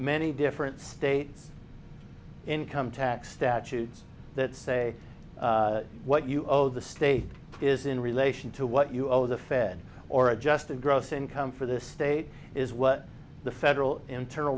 many different states income tax statutes that say what you owe the state is in relation to what you owe the fed or adjusted gross income for the state is what the federal internal